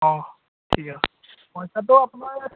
অঁ ঠিক আছে পইচাটো আপোনাৰ